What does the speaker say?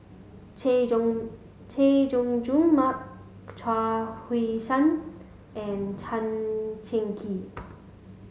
Chay Jung Chay Jung Jun Mark Chuang Hui Tsuan and Tan Cheng Kee